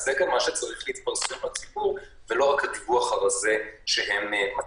זה גם מה שצריך להתפרסם בציבור ולא רק הדיווח הרזה שהם מציגים.